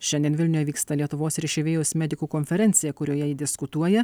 šiandien vilniuje vyksta lietuvos ir išeivijos medikų konferencija kurioje jie diskutuoja